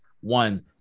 One